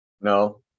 No